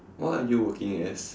what are you working as